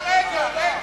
רגע, רגע.